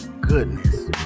goodness